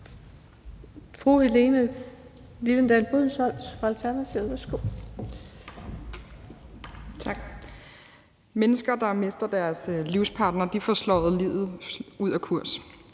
Helene Liliendahl Brydensholt (ALT): Tak. Mennesker, der mister deres livspartner, får slået livet ud af kurs.